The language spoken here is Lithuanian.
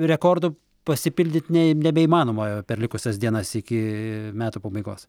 rekordų pasipildyt ne nebeįmanoma per likusias dienas iki metų pabaigos